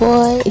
Boy